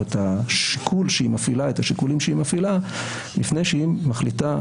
או את השיקולים שהיא מפעילה לפני שהיא מחליטה